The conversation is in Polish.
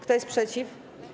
Kto jest przeciw?